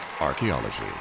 Archaeology